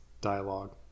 dialogue